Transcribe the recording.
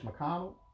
McConnell